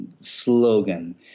slogan